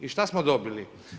I šta smo dobili?